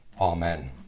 Amen